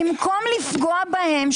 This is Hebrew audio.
במקום לפגוע בהן,